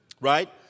Right